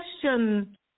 question